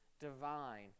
divine